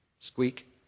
Squeak